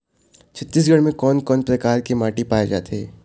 छत्तीसगढ़ म कोन कौन प्रकार के माटी पाए जाथे?